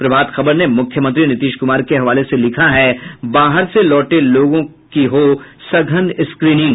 प्रभात खबर ने मुख्यमंत्री नीतीश कुमार के हवाले से लिखा है बाहर से लौटे लोगों की हो सघन स्क्रीनिंग